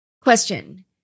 Question